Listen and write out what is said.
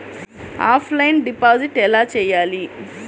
Offline deposit ఎలా చేయాలి?